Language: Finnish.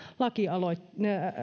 aloitteen